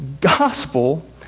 gospel